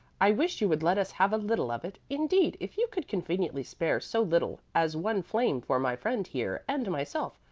i wish you would let us have a little of it. indeed, if you could conveniently spare so little as one flame for my friend here and myself,